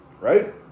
right